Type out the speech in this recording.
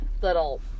little